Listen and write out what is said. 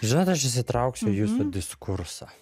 žinot aš įsitrauksiu į jūsų diskursą